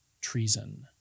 treason